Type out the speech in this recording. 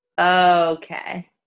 Okay